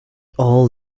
all